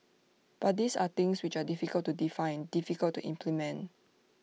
but these are things which are difficult to define difficult to implement